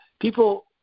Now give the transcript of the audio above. people